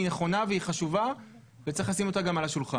היא נכונה והיא חשובה וצריך לשים אותה גם על השולחן.